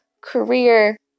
career